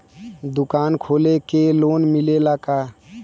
दुकान खोले के लोन मिलेला का?